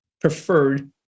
preferred